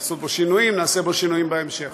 עשו בו שינויים, נעשה בו שינויים בהמשך.